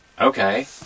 okay